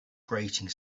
grating